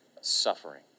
suffering